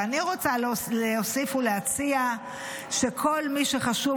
ואני רוצה להוסיף ולהציע שכל מי שחשוב